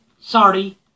sorry